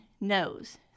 knows